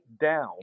down